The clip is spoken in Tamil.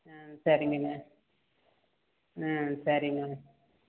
ஆ சரிங்கண்ணு ஆ சரிங்க